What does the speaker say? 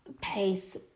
pace